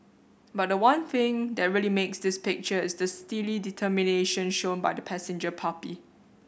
but the one thing that really makes this picture is the steely determination shown by the passenger puppy